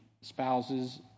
spouses